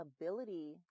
ability